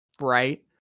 right